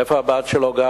איפה גרה הבת שלו?